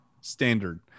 standard